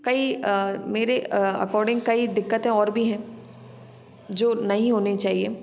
कई मेरे अकॉर्डिंग कई दिक्कतें और भी हैं जो नहीं होनी चाहिए